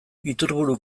iturburu